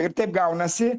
ir taip gaunasi